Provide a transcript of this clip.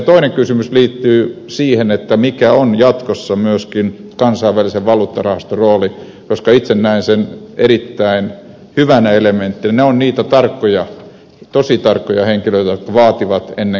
toinen kysymys liittyy siihen mikä on jatkossa kansainvälisen valuuttarahaston rooli koska itse näen sen erittäin hyvänä elementtinä ne ovat niitä tosi tarkkoja henkilöitä jotka vaativat ennen kuin rahaa luovutetaan